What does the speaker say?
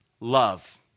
love